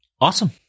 Awesome